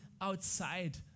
outside